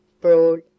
broad